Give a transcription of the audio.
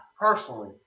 personally